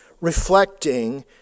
reflecting